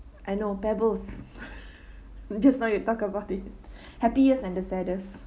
I know pebbles just now you talk about it happiest and the saddest